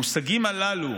המושגים הללו,